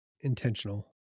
intentional